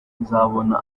nzabona